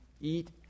eat